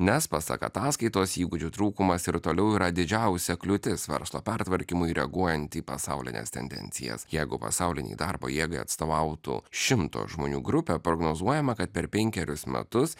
nes pasak ataskaitos įgūdžių trūkumas ir toliau yra didžiausia kliūtis verslo pertvarkymui reaguojant į pasaulines tendencijas jeigu pasaulinei darbo jėgai atstovautų šimto žmonių grupė prognozuojama kad per penkerius metus